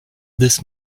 this